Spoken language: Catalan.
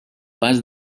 pas